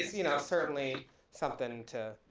you know, certainly something to,